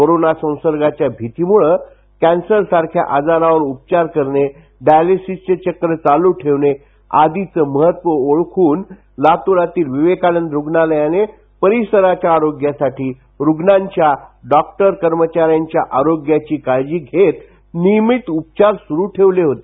corona संसर्गाच्या भिती मुळे कॅन्सर सारख्या आजारवर उपचार करणे डायलीस चे चक्र चालू ठेवण आदीच महत्त्व ओळखून लातूरातील विवेकानंद रुग्णालयाने परिसराच्या आरोग्यासाठी रुग्णांच्या डॉक्टर कर्मचाऱ्यांच्या आरोग्याची काळजी घेत नियमित उपचार सुरुच ठेवले होते